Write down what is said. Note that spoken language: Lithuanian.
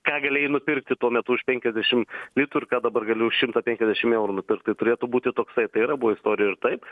ką galėjai nupirkti tuo metu už penkiasdešim litų ir ką dabar gali už šimtą penkiasdešimt eurų nupirkt tai turėtų būti toksai tai yra buvę istorijoj ir taip